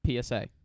PSA